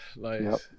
nice